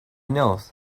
knows